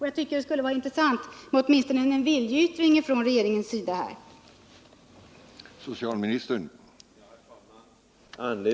Jag tycker det skulle vara intressant att åtminstone få en viljeyttring från regeringens sida i denna fråga.